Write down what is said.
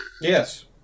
Yes